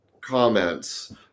comments